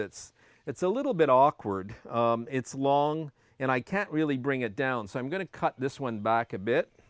that's it's a little bit awkward it's long and i can't really bring it down so i'm going to cut this one back a bit